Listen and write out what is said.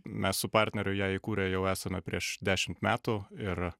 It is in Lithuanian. mes su partneriu ją įkūrė jau esame prieš dešimt metų ir